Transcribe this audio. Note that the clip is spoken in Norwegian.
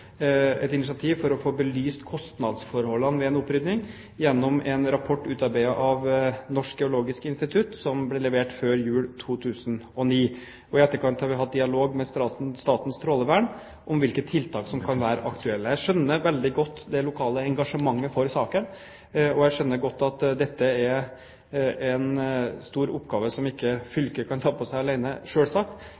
et initiativ for å få belyst kostnadsforholdene ved en opprydding gjennom en rapport utarbeidet av Norges Geotekniske Institutt, som ble levert før jul 2009. I etterkant har vi hatt dialog med Statens strålevern om hvilke tiltak som kan være aktuelle. Jeg skjønner veldig godt det lokale engasjementet i saken. Jeg skjønner også godt at dette er en stor oppgave som ikke